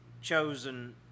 chosen